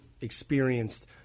experienced